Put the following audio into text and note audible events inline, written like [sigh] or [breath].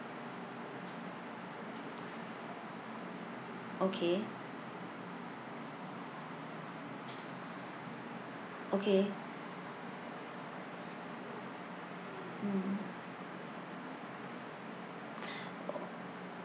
okay okay mm [breath] [noise]